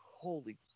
Holy